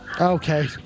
Okay